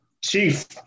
Chief